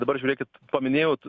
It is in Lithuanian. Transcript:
dabar žiūrėkit paminėjot